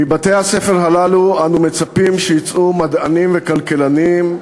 מבתי-הספר הללו אנו מצפים שיצאו מדענים וכלכלנים,